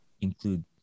include